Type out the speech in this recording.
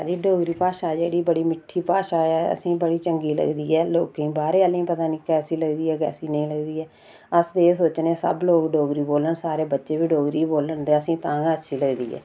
साढ़ी डोगरी भाषा जेह्ड़ी बड़ी मिट्ठी भाषा ऐ असेंगी बड़ी चंगी लगदी ऐ लोकें गी पता नी बाहरें आह्लें गी कैसी लगदी ऐ कैसी नेईं लगदी ऐ अस ते इयै सोचने आं सब लोग डोगरी बोल्लन सारे बच्चे बी डोगरी गै बोलन ते असेंगी तां गै अच्छी लगदी ऐ